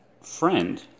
friend